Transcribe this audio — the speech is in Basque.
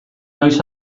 noiz